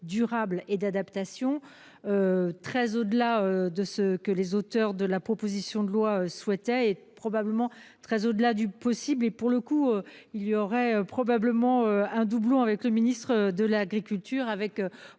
durable et d'adaptation. Très au-delà de ce que les auteurs de la proposition de loi souhaitait et probablement très au-delà du possible et pour le coup il y aurait probablement un doublon avec le ministre de l'Agriculture avec